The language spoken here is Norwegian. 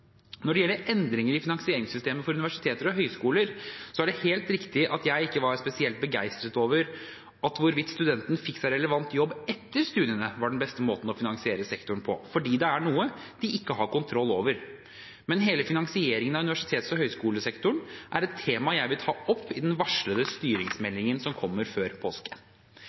Når det gjelder endringer i finansieringssystemet for universiteter og høyskoler, er det helt riktig at jeg ikke var spesielt begeistret over at hvorvidt studenter fikk seg relevant jobb etter studiene, var den beste måten å finansiere sektoren på, fordi det er noe de ikke har kontroll over. Men hele finansieringen av universitets- og høyskolesektoren er et tema jeg vil ta opp i den varslede styringsmeldingen som kommer før påske.